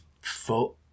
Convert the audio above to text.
foot